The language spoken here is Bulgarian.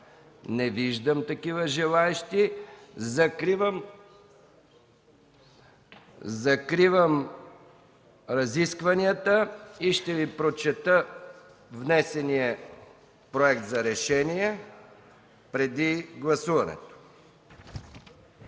Не виждам такива желаещи. Закривам разискванията. Ще Ви прочета внесения проект за решение преди гласуването: